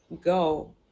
go